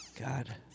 God